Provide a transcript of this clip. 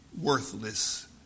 worthless